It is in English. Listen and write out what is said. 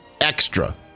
extra